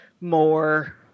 more